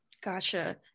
Gotcha